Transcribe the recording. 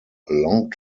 long